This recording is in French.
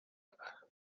l’état